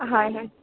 হয় হয়